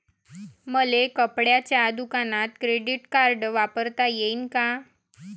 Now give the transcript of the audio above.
मले कपड्याच्या दुकानात क्रेडिट कार्ड वापरता येईन का?